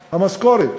המשכורת.